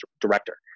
director